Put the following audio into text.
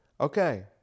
Okay